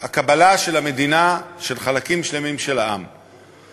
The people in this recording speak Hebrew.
מזדהים עם המדינה וכל כך מזדהים עם מי שהם ומה